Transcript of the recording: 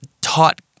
taught